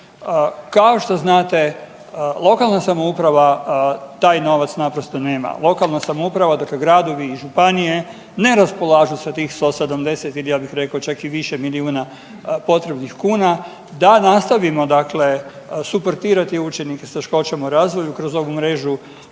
Kao što znate lokalna samouprava taj novac naprosto nema, lokalna samouprava, dakle gradovi i županije ne raspolažu sa tih 170 i ja bih rekao čak i više milijuna potrebnih kuna da nastavimo dakle suportirati učenike s teškoćama u razvoju kroz ovu mrežu